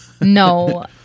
no